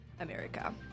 America